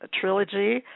Trilogy